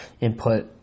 input